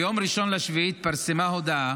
ביום 1 ביולי התפרסמה הודעה